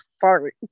fart